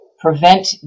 prevent